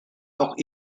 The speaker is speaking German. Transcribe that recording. auch